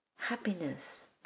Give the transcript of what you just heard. happiness